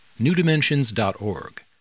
newdimensions.org